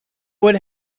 would